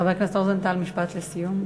חבר הכנסת רוזנטל, משפט לסיום.